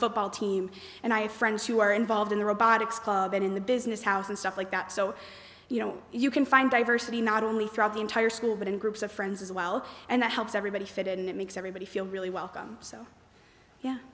football team and i have friends who are involved in the robotics club and in the business house and stuff like that so you know you can find diversity not only throughout the entire school but in groups of friends as well and that helps everybody fit and it makes everybody feel really welcome so yeah